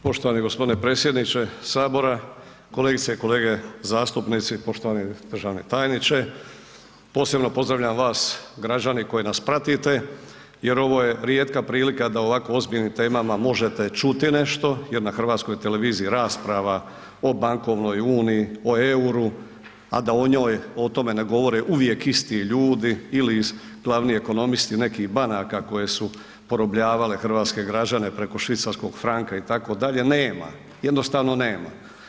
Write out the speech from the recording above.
Poštovani gospodine predsjedniče sabora, kolegice i kolege zastupnici, poštovani državni tajniče, posebno pozdravljam vas građani koji nas pratite jer ovo je rijetka prilika da o ovako ozbiljnim temama možete čuti nešto jer na Hrvatskoj televiziji rasprava o bankovnoj uniji, o euru, a da o njoj o tome ne govore uvijek isti ljudi ili glavni ekonomisti nekih banaka koje su porobljavale hrvatske građane preko švicarskog franka itd. nema, jednostavno nema.